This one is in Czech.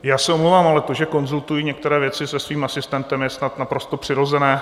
Já se omlouvám, ale to, že konzultuji některé věci se svým asistentem, je snad naprosto přirozené.